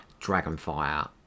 Dragonfire